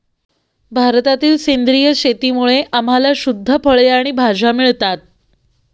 भारतातील सेंद्रिय शेतीमुळे आम्हाला शुद्ध फळे आणि भाज्या मिळतात